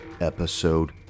Episode